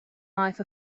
life